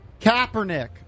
Kaepernick